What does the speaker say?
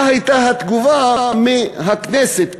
מה הייתה התגובה מהכנסת,